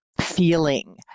feeling